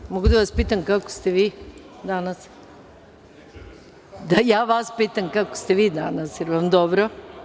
Da li mogu da vas pitam kako ste vi danas? [[Zoran Živković: Ne čujem vas, mene pitate?]] Da, ja vas pitam kako ste vi danas, da li vam je dobro?